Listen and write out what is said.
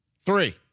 Three